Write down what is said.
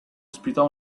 ospitò